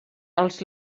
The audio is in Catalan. els